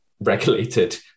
regulated